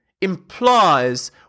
implies